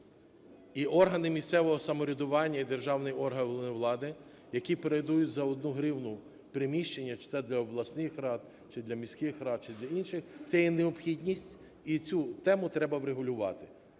і органи місцевого самоврядування, і державні органи влади, які передають за 1 гривну приміщення чи це для обласних рад, чи для міських рад, чи для інших, це є необхідність і цю тему треба врегулювати.